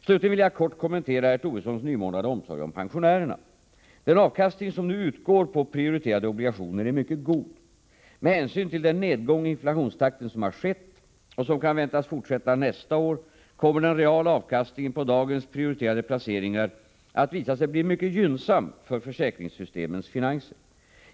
Slutligen vill jag kort kommentera herr Tobissons nymornade omsorg om pensionärerna. Den avkastning som nu utgår på prioriterade obligationer är mycket god. Med hänsyn till den nedgång i inflationstakten som har skett och som kan förväntas fortsätta nästa år kommer den reala avkastningen på dagens prioriterade placeringar att visa sig bli mycket gynnsam för försäkringssystemens finanser.